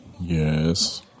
Yes